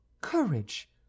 courage